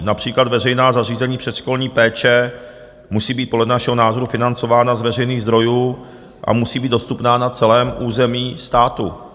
Například veřejná zařízení předškolní péče musí být podle našeho názoru financována z veřejných zdrojů a musí být dostupná na celém území státu.